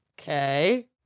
Okay